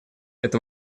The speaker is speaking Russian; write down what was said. это